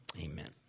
Amen